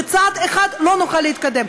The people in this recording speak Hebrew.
בצעד אחד לא נוכל להתקדם.